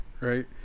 Right